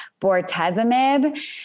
bortezomib